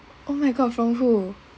oh my god from who